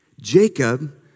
Jacob